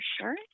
sure